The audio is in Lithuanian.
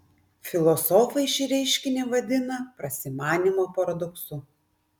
filosofai šį reiškinį vadina prasimanymo paradoksu